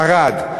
ערד,